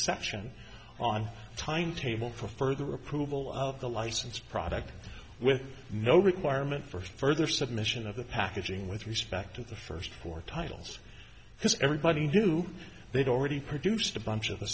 section on time table for further approval of the license product with no requirement for further submission of the packaging with respect to the first four titles because everybody knew they'd already produced a bunch of the